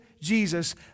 Jesus